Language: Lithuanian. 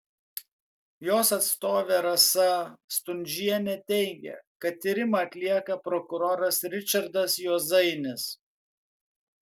jos atstovė rasa stundžienė teigė kad tyrimą atlieka prokuroras ričardas juozainis